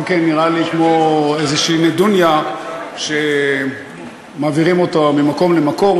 זה גם כן נראה לי כמו איזו נדוניה שמעבירים ממקום למקום.